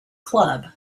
club